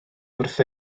wrth